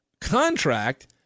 contract